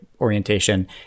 orientation